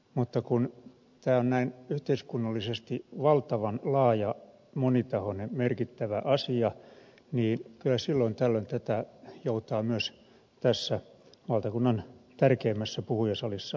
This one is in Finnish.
mutta kun tämä on näin yhteiskunnallisesti valtavan laaja monitahoinen merkittävä asia niin kyllä silloin tällöin tätä joutaa myös tässä valtakunnan tärkeimmässä puhujasalissa pohdiskella